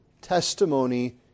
testimony